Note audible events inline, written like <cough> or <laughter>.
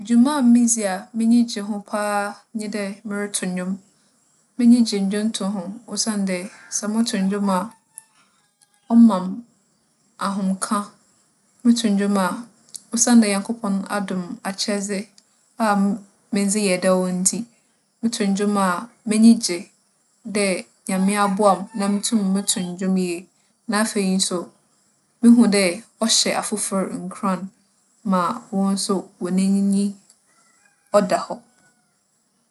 Dwuma a midzi a m'enyi gye ho paa nye dɛ morotow ndwom. M'enyi gye ndwontow ho osiandɛ sɛ motow ndwom a, ͻma me ahomka. Motow ndwom a, osiandɛ Nyankopͻn adom me akyɛdze a me ndze yɛ dɛw ntsi, motow ndwom a m'enyi gye dɛ Nyame <noise> aboa me <noise> na mutum motow ndwom yie. Na afei so, muhu dɛ ͻhyɛ afofor nkuran ma hͻn so, hͻn enyi - nyi ͻda hͻ.